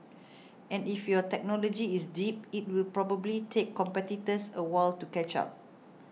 and if your technology is deep it will probably take competitors a while to catch up